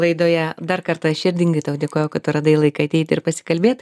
laidoje dar kartą širdingai tau dėkoju kad tu radai laiką ateit ir pasikalbėt